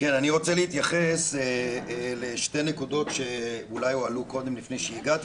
אני רוצה להתייחס לשתי נקודות שאולי הועלו קודם לפני שהגעתי,